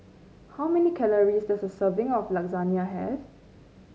how many calories does a serving of Lasagne have